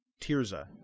Tirza